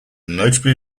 noticeably